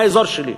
מהאזור שלי.